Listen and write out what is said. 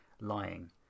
lying